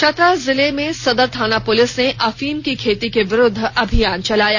चतरा जिले में सदर थाना पुलिस ने अफीम की खेती के विरुद्व अभियान चलाया